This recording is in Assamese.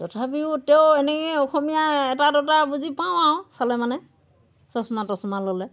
তথাপিও তেও এনেকৈ অসমীয়া এটা দুটা বুজি পাওঁ আৰু চালে মানে চছমা টছমা ল'লে